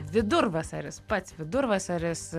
vidurvasaris pats vidurvasaris